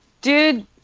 Dude